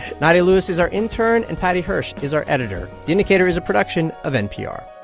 nadia lewis is our intern, and paddy hirsch is our editor. the indicator is a production of npr